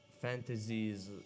fantasies